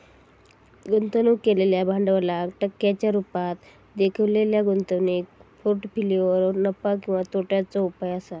गुंतवणूक केलेल्या भांडवलाक टक्क्यांच्या रुपात देखवलेल्या गुंतवणूक पोर्ट्फोलियोवर नफा किंवा तोट्याचो उपाय असा